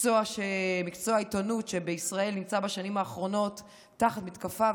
מקצוע העיתונות בישראל נמצא בשנים האחרונות תחת מתקפה.